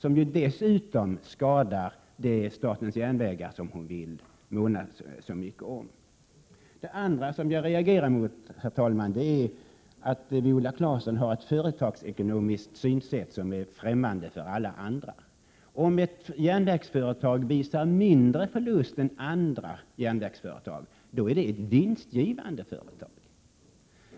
Denna flyttning skadar ju dessutom statens järnvägar — det företag som hon så vill måna om. Herr talman! Det andra som jag reagerar mot är att Viola Claesson har ett företagsekonomiskt synsätt som är främmande för alla andra. Om ett järnvägsföretag visar mindre förlust än andra järnvägsföretag, så är det ett vinstgivande företag.